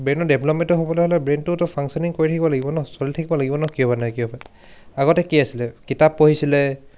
ব্ৰেইনৰ ডেভেলপমেণ্টটো হ'বলৈ হ'লে ব্ৰেইনটোতো ফাংচনিং কৰি থাকিব লাগিব ন চলি থাকিব লাগিব ন কিবা নাই কিবা আগতে কি আছিলে কিতাপ পঢ়িছিলে